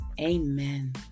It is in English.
amen